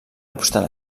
obstant